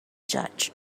judge